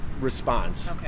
Response